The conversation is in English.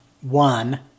one